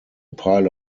pile